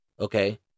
Okay